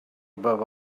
above